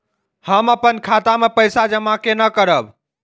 हम अपन खाता मे पैसा जमा केना करब?